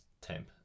Temp